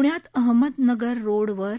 पुण्यातील अहमदनगर रोड वर